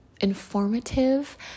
informative